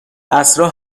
عصرا